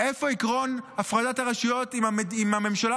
איפה עקרון הפרדת הרשויות אם הממשלה